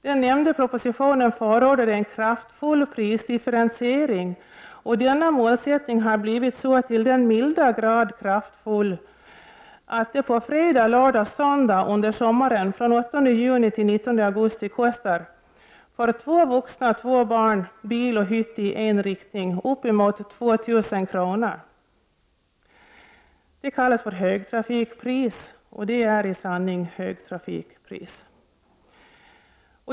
Den nämnda propositionen förordade en kraftfull prisdifferentiering, och denna målsättning har blivit så till den milda grad kraftfull att det på fredag, lördag, söndag under sommaren från 8 juni till 19 augusti kostar för två vuxna, två barn, bil och hytt i en riktning upp emot 2 000 kr. Detta kallas för högtrafikpris, och är i sanning också ett högtrafikpris.